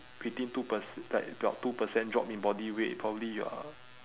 between two perc~ like about two percent drop in body weight probably you are